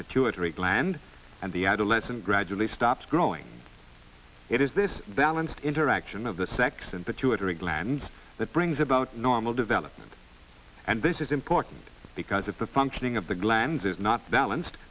pituitary gland and the adolescent gradually stops growing it is this balanced interaction of the sex and pituitary gland that brings about normal development and this is important because if the functioning of the glans is not balanced